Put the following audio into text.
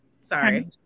Sorry